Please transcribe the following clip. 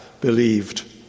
believed